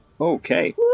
Okay